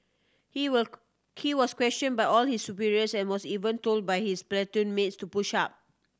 he were he was question by all his superiors and was even told by his platoon mates to push up